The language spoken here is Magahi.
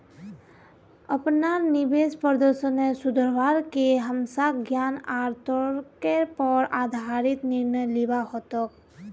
अपनार निवेश प्रदर्शनेर सुधरवार के हमसाक ज्ञान आर तर्केर पर आधारित निर्णय लिबा हतोक